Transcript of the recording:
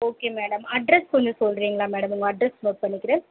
okay madam address கொஞ்சம் சொல்லுறிங்களா madam உங்கள் அட்ரஸ் நோட் பண்ணிக்கிறேன்